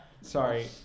Sorry